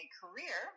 career